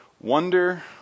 Wonder